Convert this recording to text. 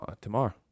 tomorrow